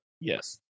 Yes